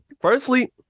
firstly